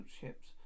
ships